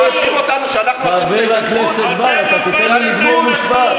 הוא מאשים אותנו שאנחנו עשינו את ההתנתקות?